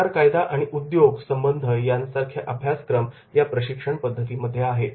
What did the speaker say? कामगार कायदा आणि उद्योगी संबंध यासारखे अभ्यासक्रम या प्रशिक्षण पद्धतीमध्ये आहेत